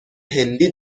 هندی